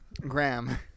Graham